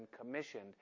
commissioned